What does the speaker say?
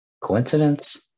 Coincidence